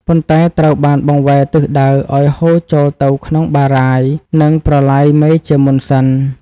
ប៉ុន្តែត្រូវបានបង្វែរទិសដៅឱ្យហូរចូលទៅក្នុងបារាយណ៍ និងប្រឡាយមេជាមុនសិន។